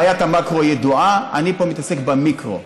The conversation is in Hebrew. בעיית המקרו ידועה, אני פה מתעסק במיקרו.